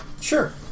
Sure